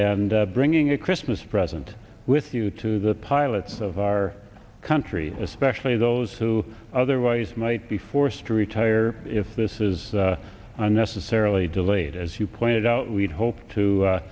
and bringing a christmas present with you to the pilots of our country especially those who otherwise might be forced to retire if this is unnecessarily delayed as you pointed out we'd hoped to